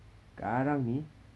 sekarang ni